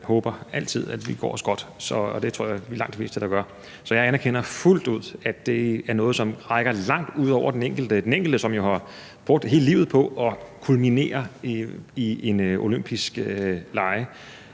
jeg håber altid, at det går godt, og det tror jeg at langt de fleste gør. Så jeg anerkender fuldt ud, at det er noget, som rækker langt ud over den enkelte. De har jo brugt hele livet på, at formen skal kulminere